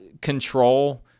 control